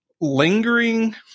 lingering